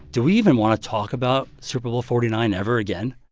do we even want to talk about super bowl forty nine ever again?